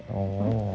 orh